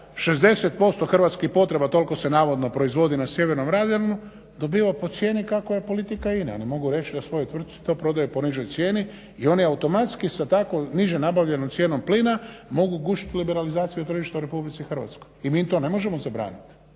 60% hrvatskih potreba, toliko se navodno proizvodi na sjevernom Jadranu, dobiva po cijeni kakva je politika INA-e, a ne mogu reći da svojoj tvrtci to prodaje po nižoj cijeni i one automatski sa tako niže nabavljenom cijenom plina mogu gušit liberalizaciju tržišta u Republici Hrvatskoj i mi to ne možemo zabranit.